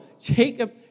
Jacob